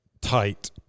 tight